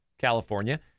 California